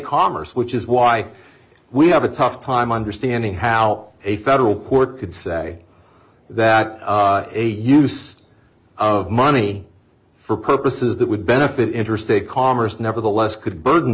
commerce which is why we have a tough time understanding how a federal court could say that a use of money for purposes that would benefit interstate commerce nevertheless could burden